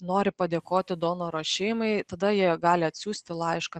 nori padėkoti donoro šeimai tada jie gali atsiųsti laišką